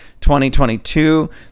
2022